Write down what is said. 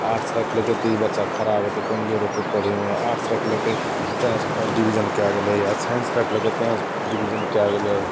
arts राखलकै तऽ ई बच्चा खराब होतै कमजोर होतै पढ़ैमे आर्ट्स राखलकै तेँ फर्स्ट डिविजन कै गेलै आओर साइन्स राखलकै तेँ फर्स्ट डिविजन कै गेलै